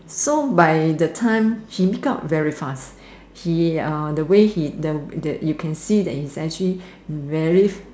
so by the time he makes up very fast he uh the way he the you can see he is actually very